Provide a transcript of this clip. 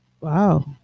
Wow